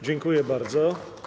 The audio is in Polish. Dziękuję bardzo.